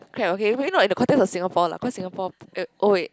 okay okay probably not in the context of Singapore lah cause Singapore